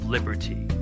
Liberty